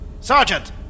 Sergeant